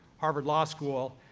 harvard law school,